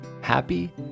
Happy